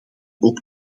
ook